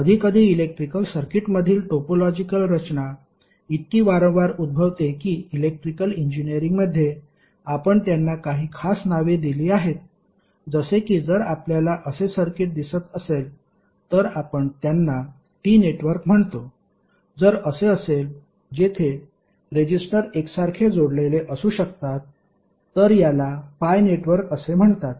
कधीकधी इलेक्ट्रिकल सर्किटमधील टोपोलॉजिकल रचना इतकी वारंवार उद्भवते की इलेक्ट्रिकल इंजिनिअरिंगमध्ये आपण त्यांना काही खास नावे दिली आहेत जसे की जर आपल्याला असे सर्किट दिसत असेल तर आपण त्यांना T नेटवर्क म्हणतो जर असे असेल जेथे रेजिस्टर एकसारखे जोडलेले असू शकतात तर याला पाय नेटवर्क असे म्हणतात